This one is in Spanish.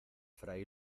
fray